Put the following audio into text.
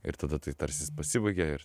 ir tada tai tarsis pasibaigia ir